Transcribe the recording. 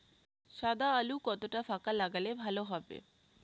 সাদা আলু কতটা ফাকা লাগলে ভালো হবে?